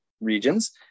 regions